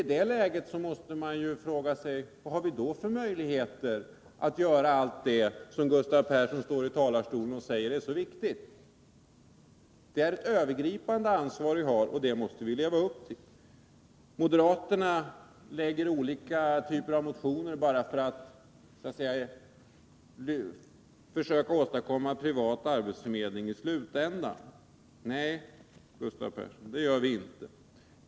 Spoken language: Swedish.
I det läget måste vi fråga oss: På vilket sätt kan vi inom arbetsmarknadspolitiken hjälpa till att spara? Moderaterna — sades det — väcker olika typer av motioner bara för att försöka åstadkomma privat arbetsförmedling i slutändan. Nej, Gustav Persson, det gör vi inte.